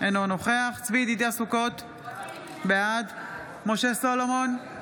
אינו נוכח צבי ידידיה סוכות, בעד משה סולומון,